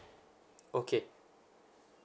okay